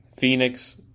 Phoenix